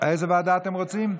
איזה ועדה אתם רוצים?